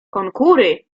konkury